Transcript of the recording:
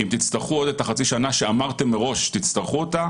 אם תצטרכו את חצי השנה שאמרתם מראש שתצטרכו אותה